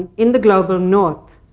in the global north